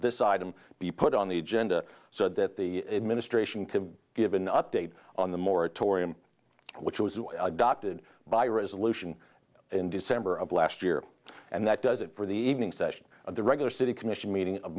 this item be put on the agenda so that the administration can give an update on the moratorium which was adopted by resolution in december of last year and that does it for the evening session of the regular city commission meeting